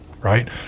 Right